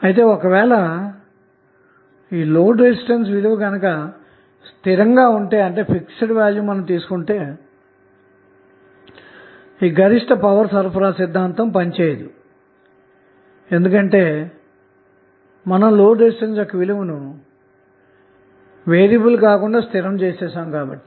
అయితే ఒకవేళ load resistance విలువ గనక స్థిరంగా ఉంటే గరిష్ట పవర్ బదిలీ సరఫరా సిద్ధాంతం పనిచేయదు ఎందుకంటే మీరు లోడ్ రెసిస్టెన్స్ యొక్క విలువనువేరియబుల్ కాకుండా స్ధిరంగా ఉంచారు కాబట్టి